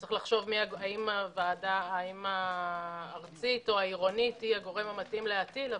יש לחשוב האם וועדה הארצית או העירונית היא הגורם המתאים להטיל,